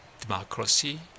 democracy